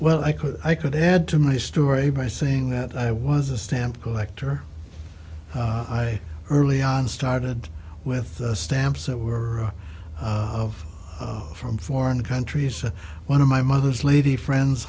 well i could i could add to my story by saying that i was a stamp collector i earlier on started with stamps that were of from foreign countries and one of my mother's lady friend's